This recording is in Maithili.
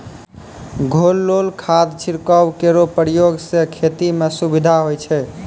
घोललो खाद छिड़काव केरो प्रयोग सें खेती म सुविधा होय छै